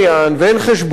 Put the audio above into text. ואין חשבון,